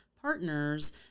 partners